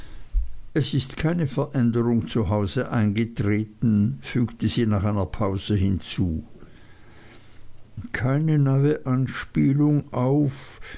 es ist keine veränderung zu hause eingetreten fügte sie nach einer pause hinzu keine neue anspielung auf